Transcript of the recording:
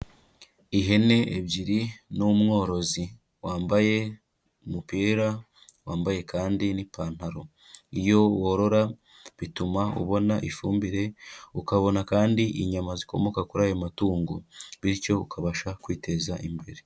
Ihene ebyiri n'umworozi wambaye umupira, wambaye kandi n'ipantaro, iyo worora bituma ubona ifumbire ukabona kandi inyama zikomoka kuri ayo matungo, bityo ukabasha kwiteza imbere.